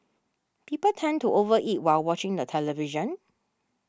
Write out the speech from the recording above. people tend to over eat while watching the television